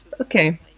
Okay